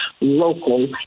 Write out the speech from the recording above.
local